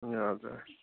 हजुर